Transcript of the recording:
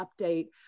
update